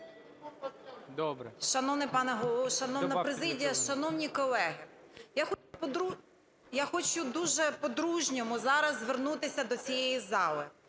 Голово! Шановна президія! Шановні колеги! Я хочу дуже по-дружньому зараз звернутися до цієї зали.